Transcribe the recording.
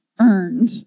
earned